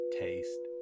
taste